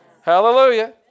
Hallelujah